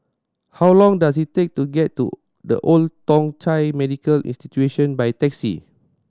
how long does it take to get to The Old Thong Chai Medical Institution by taxi